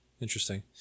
interesting